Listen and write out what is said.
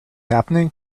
happening